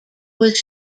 was